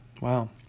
Wow